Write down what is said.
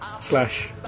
slash